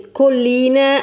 colline